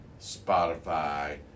Spotify